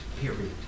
Period